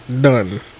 done